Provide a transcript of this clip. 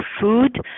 food